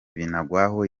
binagwaho